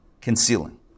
concealing